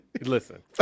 Listen